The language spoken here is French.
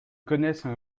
connaissent